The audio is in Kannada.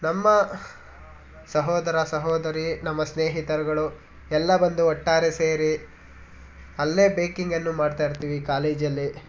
ನಮ್ಮ ಸಹೋದರ ಸಹೋದರಿ ನಮ್ಮ ಸ್ನೇಹಿತರುಗಳು ಎಲ್ಲ ಬಂದು ಒಟ್ಟಾರೆ ಸೇರಿ ಅಲ್ಲೇ ಬೇಕಿಂಗನ್ನು ಮಾಡ್ತಾಯಿರ್ತೀವಿ ಕಾಲೇಜಲ್ಲಿ